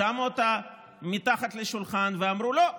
שמו אותה מתחת לשולחן ואמרו: לא,